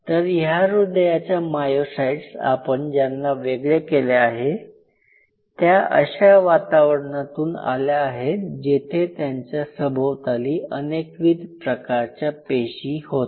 तर या ह्रदयाचा मायोसाईट्स आपण ज्यांना वेगळे केले आहे त्या अश्या वातावरणातून आल्या आहेत जेथे त्यांच्या सभोवताली अनेकविध प्रकारच्या पेशी होत्या